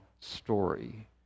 story